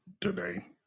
today